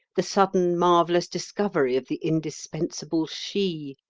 the sudden marvellous discovery of the indispensable she,